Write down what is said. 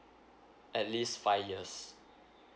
at least five years